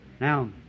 Now